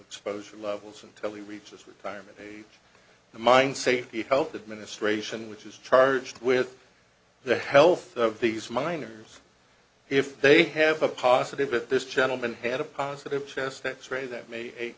exposure levels until he reaches retirement age the mine safety health administration which is charged with the health of these miners if they have a positive it this gentleman had a positive chest x ray that may